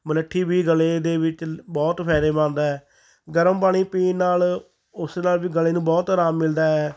ਮਲੱਠੀ ਵੀ ਗਲੇ ਦੇ ਵਿੱਚ ਬਹੁਤ ਫਾਇਦੇਮੰਦ ਹੈ ਗਰਮ ਪਾਣੀ ਪੀਣ ਨਾਲ ਉਸ ਨਾਲ ਵੀ ਗਲੇ ਨੂੰ ਬਹੁਤ ਆਰਾਮ ਮਿਲਦਾ ਹੈ